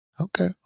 Okay